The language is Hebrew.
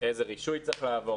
איזה רישוי צריך לעבור,